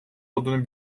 olduğunu